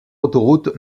autoroute